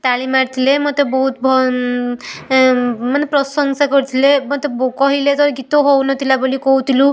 ତାଳି ମାରିଥିଲେ ମୋତେ ବହୁତ ମାନେ ପ୍ରଶଂସା କରିଥିଲେ କହିଲେ ତୋର ଗୀତ ହଉ ନଥିଲା ବୋଲି କହୁଥିଲୁ